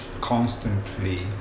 constantly